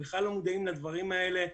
בכלל לא מודעים לדברים האלה.